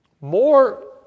more